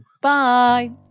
Bye